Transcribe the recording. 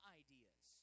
ideas